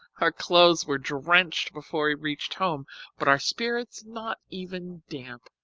our clothes were drenched before we reached home but our spirits not even damp.